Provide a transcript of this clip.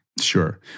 Sure